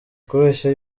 kubeshya